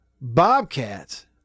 Bobcats